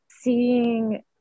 Seeing